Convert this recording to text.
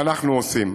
ואנחנו עושים.